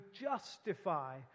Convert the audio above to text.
justify